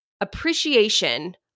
appreciation